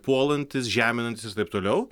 puolantis žeminantis taip toliau